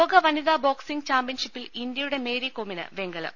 ലോക വനിതാ ബോക്സിംഗ് ചാമ്പ്യൻഷിപ്പിൽ ഇന്ത്യയുടെ മേരികോമിന് വെങ്കലം